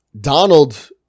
Donald